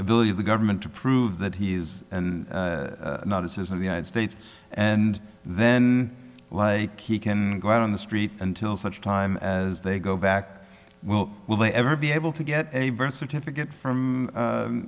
ability of the government to prove that he is not as is in the united states and then like he can go out on the street until such time as they go back well will they ever be able to get a birth certificate